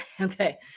okay